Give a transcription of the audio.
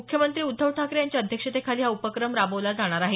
मुख्यमंत्री उद्धव ठाकरे यांच्या अध्यक्षतेखाली हा उपक्रम राबवला जाणार आहे